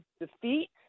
defeat